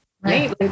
Right